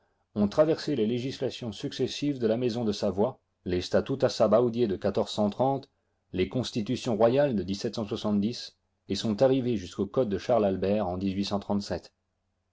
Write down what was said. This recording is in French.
ont traversé les législations successives de la maison de savoie les statuta subaiidïœ de les constitutions royales de et sont arrivées jusqu'au code de charles albert en